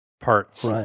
parts